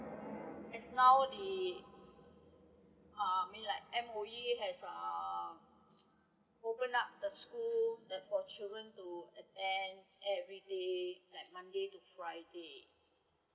as now the uh I mean like M_O_E has uh open up the school that for children to attend everyday like monday to friday